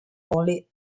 college